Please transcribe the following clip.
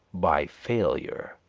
by failure.